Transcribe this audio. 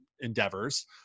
endeavors